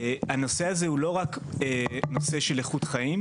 הנושא הזה הוא לא רק נושא של איכות חיים,